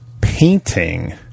painting